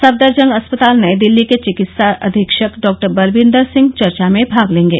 सफदरजंग अस्पताल नई दिल्ली के चिकित्सा अधीक्षक डॉ बलविंदर सिंह चर्चा में भाग लेंगे